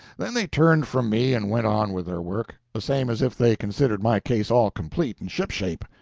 then they turned from me and went on with their work, the same as if they considered my case all complete and shipshape.